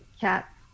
cat